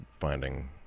finding